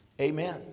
Amen